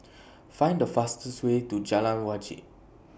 Find The fastest Way to Jalan Wajek